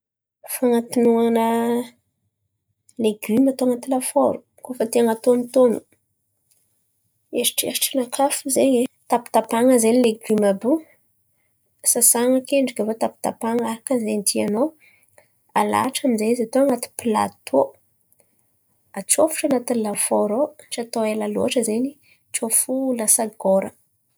Fan̈atonoana legioma atao anaty lafôro, koa fa ty han̈atônotôno, eritreritrinakà fo zen̈y, tapatapahan̈a zen̈y legioma àby io. Sasan̈a akendriky aviô tapatapahan̈a araka ny zay tianao. Alahatra aminjay izy atao an̈aty pilatô. Atsôfotro an̈atiny lafôro ao tsy atao ela loatra zen̈y tsao fo lasa gôra.